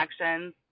actions